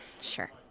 Sure